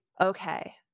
Okay